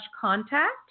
contact